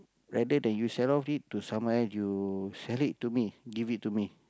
rather than you sell off it to someone else you sell it to me give it to me